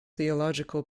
theological